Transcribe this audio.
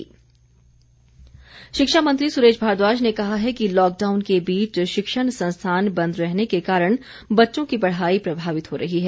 किताबें शिक्षा मंत्री सुरेश भारद्वाज ने कहा है कि लॉकडाउन के बीच शिक्षण संस्थान बंद रहने के कारण बच्चों की पढ़ाई प्रभावित हो रही है